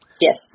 Yes